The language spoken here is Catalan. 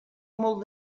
molt